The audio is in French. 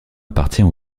appartient